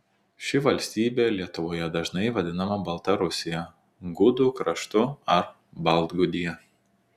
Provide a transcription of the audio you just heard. ši valstybė lietuvoje dažnai vadinama baltarusija gudų kraštu ar baltgudija